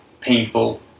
painful